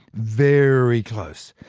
very close.